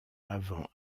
avant